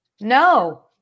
No